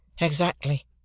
Exactly